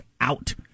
out